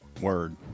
Word